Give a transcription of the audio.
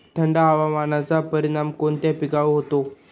थंड हवामानाचा परिणाम कोणत्या पिकावर होतो?